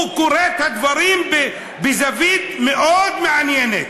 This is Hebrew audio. הוא קורא את הדברים בזווית מאוד מעניינת,